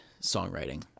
songwriting